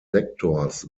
sektors